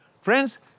Friends